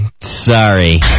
sorry